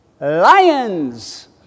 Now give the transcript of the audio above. Lions